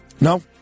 No